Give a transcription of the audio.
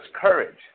courage